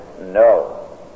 no